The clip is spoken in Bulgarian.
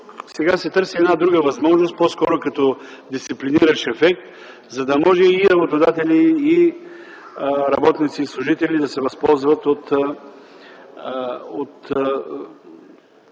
Сега тук се търси една друга възможност, по-скоро като дисциплиниращ ефект, за да може и работодатели, и работници, и служители да се възползват от